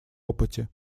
опыте